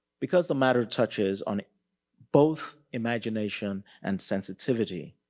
because the matter touches on both imagination and sensitivity.